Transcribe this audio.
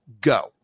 Go